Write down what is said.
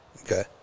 okay